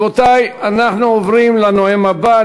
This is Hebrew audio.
רבותי, אנחנו עוברים לנואם הבא.